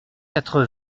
quatre